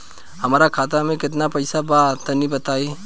हमरा खाता मे केतना पईसा बा तनि बताईं?